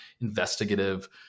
investigative